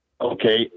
Okay